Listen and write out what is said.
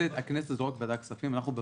אנחנו,